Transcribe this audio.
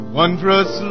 wondrous